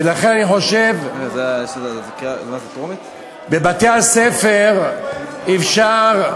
ולכן אני חושב, בבתי-הספר אפשר,